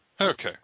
Okay